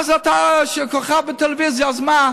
אז אתה כוכב בטלוויזיה, אז מה?